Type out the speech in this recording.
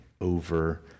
over